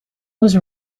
was